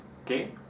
okay